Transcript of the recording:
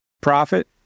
profit